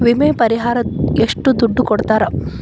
ವಿಮೆ ಪರಿಹಾರ ಎಷ್ಟ ದುಡ್ಡ ಕೊಡ್ತಾರ?